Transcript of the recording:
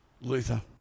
Luther